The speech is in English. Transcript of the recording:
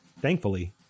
Thankfully